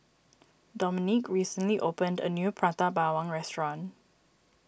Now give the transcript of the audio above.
Dominique recently opened a new Prata Bawang Restaurant